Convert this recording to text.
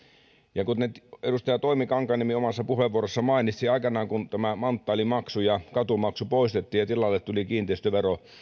kuten edustaja toimi kankaanniemi omassa puheenvuorossaan mainitsi aikanaan manttaalimaksu ja katumaksu poistettiin ja tilalle tuli kiinteistövero